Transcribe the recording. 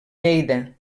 lleida